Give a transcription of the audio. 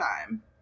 time